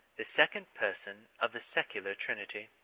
the second person of the secular trinity.